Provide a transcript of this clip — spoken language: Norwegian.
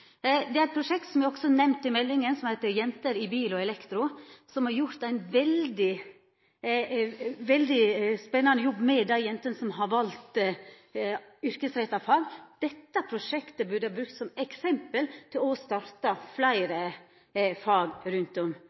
prosjekt. I Skolenes landsforbund sitt notat til Meld. St. 20 er det nemnt eit prosjekt som heiter Jenter i bil og elektro, som har gjort ein veldig spennande jobb med dei jentene som har valt yrkesretta fag. Dette prosjektet burde verta brukt som eksempel for å starta fleire fag rundt om,